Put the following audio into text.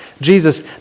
Jesus